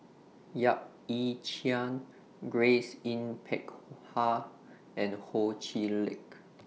Yap Ee Chian Grace Yin Peck Ha and Ho Chee Lick